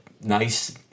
nice